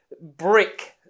Brick